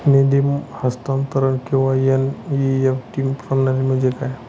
निधी हस्तांतरण किंवा एन.ई.एफ.टी प्रणाली म्हणजे काय?